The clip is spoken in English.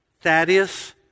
Thaddeus